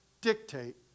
dictate